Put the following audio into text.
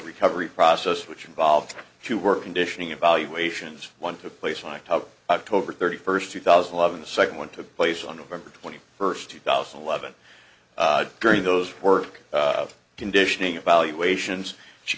recovery process which involves two work conditioning evaluations one took place on top of tobar thirty first two thousand loving the second one took place on november twenty first two thousand and eleven during those work conditioning evaluations she